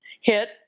hit